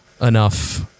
enough